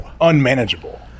unmanageable